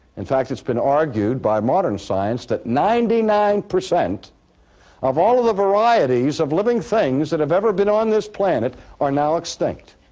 in fact, it's been argued by modern science that ninety nine percent of all of the varieties of living things that have ever been on this planet are now extinct.